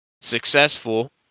successful